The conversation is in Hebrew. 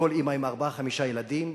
וכל אמא עם ארבעה-חמישה ילדים,